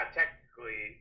technically